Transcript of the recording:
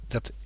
Dat